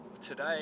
Today